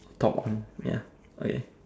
top on ya okay